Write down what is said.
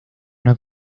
una